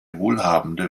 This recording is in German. wohlhabende